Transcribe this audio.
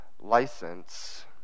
license